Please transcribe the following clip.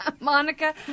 Monica